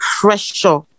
pressure